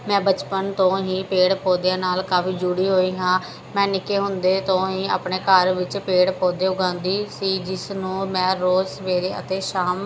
ਮੈਂ ਬਚਪਨ ਤੋਂ ਹੀ ਪੇੜ ਪੌਦਿਆਂ ਨਾਲ ਕਾਫ਼ੀ ਜੁੜੀ ਹੋਈ ਹਾਂ ਮੈਂ ਨਿੱਕੇ ਹੁੰਦੇ ਤੋਂ ਹੀ ਆਪਣੇ ਘਰ ਵਿੱਚ ਪੇੜ ਪੌਦੇ ਉਗਾਉਂਦੀ ਸੀ ਜਿਸ ਨੂੰ ਮੈਂ ਰੋਜ਼ ਸਵੇਰੇ ਅਤੇ ਸ਼ਾਮ